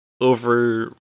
over